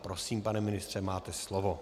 Prosím, pane ministře, máte slovo.